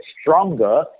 stronger